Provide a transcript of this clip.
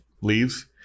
leaves